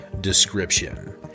Description